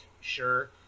sure